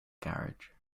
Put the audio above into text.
garage